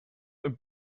een